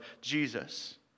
Jesus